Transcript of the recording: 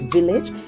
Village